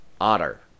Otter